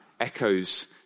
Echoes